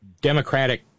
Democratic